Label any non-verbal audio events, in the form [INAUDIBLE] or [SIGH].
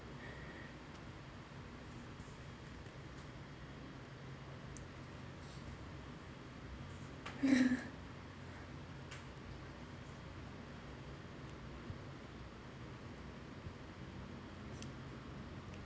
[LAUGHS]